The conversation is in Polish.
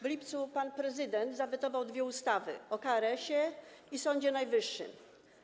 W lipcu pan prezydent zawetował dwie ustawy: o KRS i Sądzie Najwyższym.